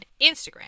Instagram